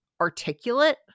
articulate